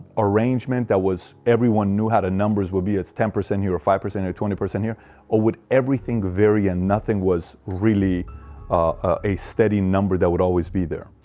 arrangement that was everyone knew how the numbers will be a ten percent you or five percent or twenty percent here or would everything vary and nothing was really ah a steady number that would always be there.